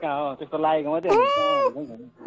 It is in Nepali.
कहाँ हो त्यस्तो लागेको मात्रै हो नि कहाँ हो